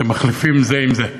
אתם מחליפים זה עם זה.